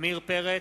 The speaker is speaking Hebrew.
עמיר פרץ,